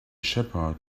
shepherd